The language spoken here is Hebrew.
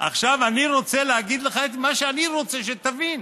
עכשיו אני רוצה להגיד לך את מה שאני רוצה, שתבין,